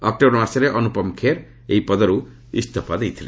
October ମାସରେ ଅନୁପମ ଖେର ଏହି ପଦର୍ ୁଇସ୍ତଫା ଦେଇଥିଲେ